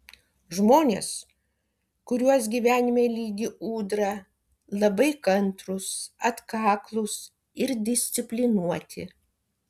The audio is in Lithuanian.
žmonės kuriuos gyvenime lydi ūdra labai kantrūs atkaklūs ir disciplinuoti